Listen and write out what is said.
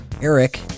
Eric